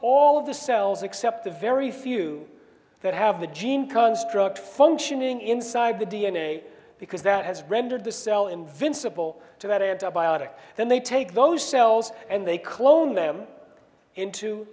all of the cells except the very few that have the gene construct functioning inside the d n a because that has rendered the cell invincible to that antibiotic then they take those cells and they clone them into